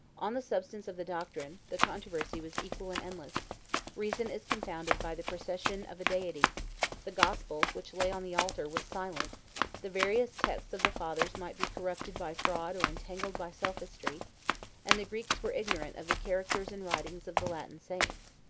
on the substance of the doctrine, the controversy was equal and endless reason is confounded by the procession of a deity the gospel, which lay on the altar, was silent the various texts of the fathers might be corrupted by fraud or entangled by sophistry and the greeks were ignorant of the characters and writings of the latin saints.